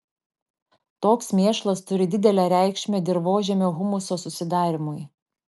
toks mėšlas turi didelę reikšmę dirvožemio humuso susidarymui